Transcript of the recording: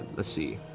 let's see.